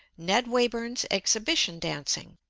ned wayburn's exhibition dancing